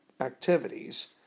activities